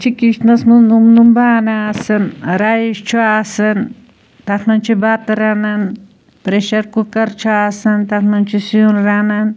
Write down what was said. چھِ کِچنَس منٛز نوٚم نوٚم بانہٕ آسان رایِس چھُ آسان تَتھ منٛز چھِ بَتہٕ رَنان پرٛیٚشَر کُکر چھُ آسان تَتھ منٛز چھِ سیٛن رَنان